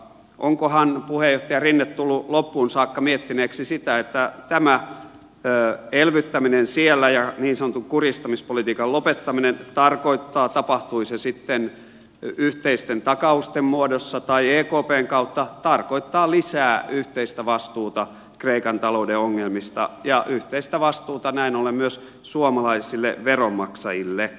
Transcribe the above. onkohan puheenjohtaja rinne tullut loppuun saakka miettineeksi sitä että tämä elvyttäminen siellä ja niin sanotun kurjistamispolitiikan lopettaminen tapahtui se sitten yhteisten takausten muodossa tai ekpn kautta tarkoittaa lisää yhteistä vastuuta kreikan talouden ongelmista ja yhteistä vastuuta näin ollen myös suomalaisille veronmaksajille